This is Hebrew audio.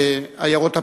עיירות הפיתוח,